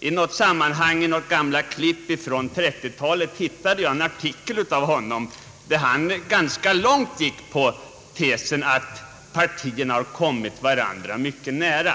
I ett gammalt klipp från 1930-talet hittade jag en artikel av honom, där han ganska långt gick på tesen att partierna har kommit varandra mycket nära.